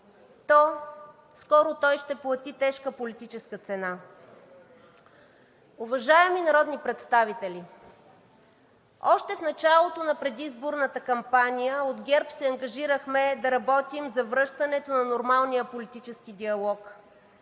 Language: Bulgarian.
то скоро той ще плати тежка политическа цена. Уважаеми народни представители, още в началото на предизборната кампания от ГЕРБ се ангажирахме да работим за връщането на нормалния политически диалог.